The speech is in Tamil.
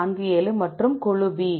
47 மற்றும் குழு B